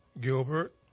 Gilbert